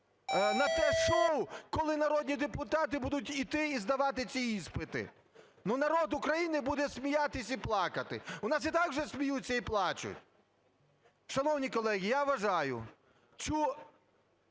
на те шоу, коли народні депутати будуть йти і здавати ці іспити. Ну, народ України буде сміятися і плакати. В нас і так вже сміються і плачуть. Шановні колеги, я вважаю